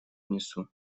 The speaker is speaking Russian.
внесу